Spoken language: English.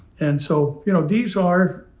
and so, you know, these are,